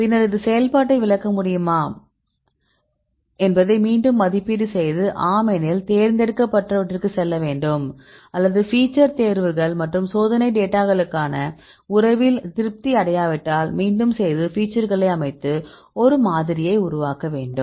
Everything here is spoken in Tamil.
பின்னர் இது செயல்பாட்டை விளக்க முடியுமா என்பதை மீண்டும் மதிப்பீடு செய்து ஆம் எனில் தேர்ந்தெடுக்கப்பட்டவற்றிற்குச் செல்ல வேண்டும் அல்லது ஃபீச்சர் தேர்வுகள் மற்றும் சோதனை டேட்டாகளுடனான உறவில் திருப்தி அடையாவிட்டால் மீண்டும் செய்து ஃபீச்சர்களை அமைத்து ஒரு மாதிரியை உருவாக்க வேண்டும்